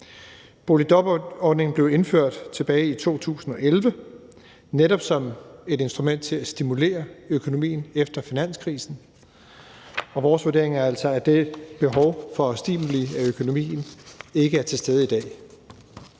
Boligjobordningen blev jo indført tilbage i 2011 netop som et instrument til at stimulere økonomien efter finanskrisen, og vores vurdering er altså, at det behov for stimulering af økonomien ikke er til stede i dag.